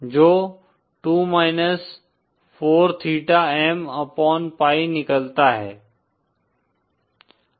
जो 2 minus 4 theta M upon pi निकलता है